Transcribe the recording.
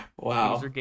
Wow